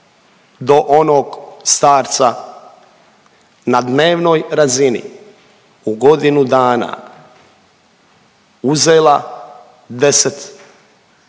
do onog starca na dnevnoj razini u godinu dana uzela 10